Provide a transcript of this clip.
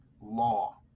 Law